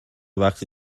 وقتی